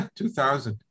2000